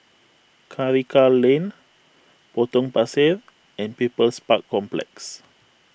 Karikal Lane Potong Pasir and People's Park Complex